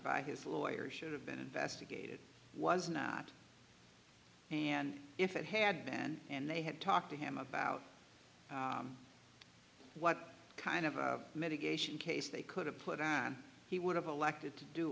by his lawyer should have been investigated was not and if it had been and they had talked to him about what kind of a mitigation case they could have put on he would have elected to do